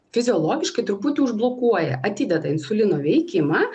fiziologiškai truputį užblokuoja atideda insulino veikimą